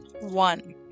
One